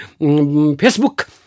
Facebook